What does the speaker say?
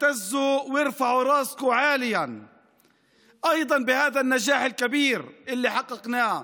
עליכם להתגאות ולזקוף את ראשיכם גם בהצלחה הגדולה הזאת שנחלנו.